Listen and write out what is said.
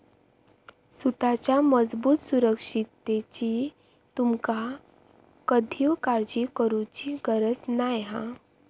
सुताच्या मजबूत सुरक्षिततेची तुमका कधीव काळजी करुची गरज नाय हा